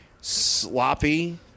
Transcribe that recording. sloppy